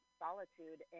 solitude